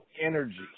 energy